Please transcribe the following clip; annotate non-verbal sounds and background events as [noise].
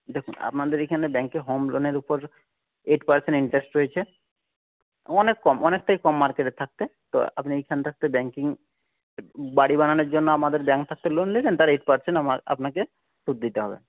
দেখুন আমাদের এইখানে ব্যাঙ্কের হোম লোনের ওপর এইট পারসেন্ট ইন্টারেস্ট রয়েছে অনেক কম অনেকটাই কম মার্কেটের থাকতে তো আপনি এইখানে [unintelligible] ব্যাঙ্কিং বাড়ি বানানোর জন্য আমাদের ব্যাঙ্ক থাকতে লোন নেবেন তার এইট পারসেন্ট আমার আপনাকে সুদ দিতে হবে